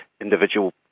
individual